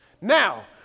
Now